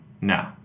no